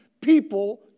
people